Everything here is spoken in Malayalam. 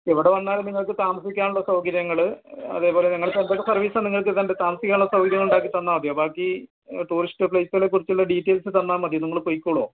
ഇവിടെ വന്നാൽ നിങ്ങൾക്ക് താമസിക്കാനുള്ള സൗകര്യങ്ങൾ അതേപോലെ നിങ്ങളുടെ സ്ഥലത്തൊക്കെ സർവ്വീസാണ് നിങ്ങൾക്കിതെൻ്റെ താമസിക്കാനുള്ള സൗകര്യം ഉണ്ടാക്കി തന്നാൽ മതിയോ ബാക്കി ടൂറിസ്റ്റ് പ്ലേസുകളെക്കുറിച്ചുള്ള ഡീറ്റെയിൽസ് തന്നാൽ മതിയോ നിങ്ങൾ പൊയ്ക്കോളുമോ